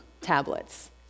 tablets